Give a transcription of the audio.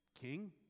King